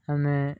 ଆମେ